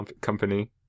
company